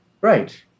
Right